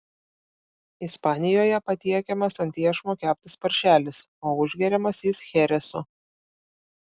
ispanijoje patiekiamas ant iešmo keptas paršelis o užgeriamas jis cheresu